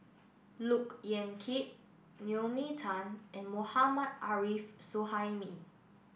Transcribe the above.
Look Yan Kit Naomi Tan and Mohammad Arif Suhaimi